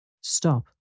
Stop